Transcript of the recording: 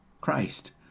Christ